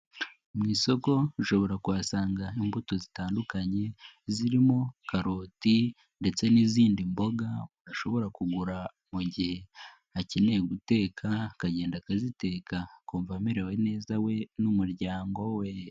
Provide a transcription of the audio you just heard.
Mu isoko ushobora kuhasanga imbuto zitandukanye, zirimo karoti ndetse n'izindi mboga umuntu ashobora kugura mugihe akeneye guteka, akagenda akaziteka akumva amerewe neza we n'umuryango we.